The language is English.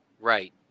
Right